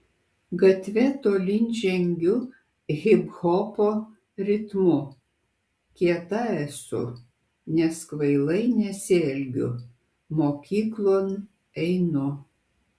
gatve tolyn žengiu hiphopo ritmu kieta esu nes kvailai nesielgiu mokyklon einu